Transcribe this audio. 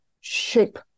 shape